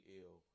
ill